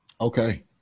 Okay